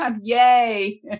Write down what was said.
Yay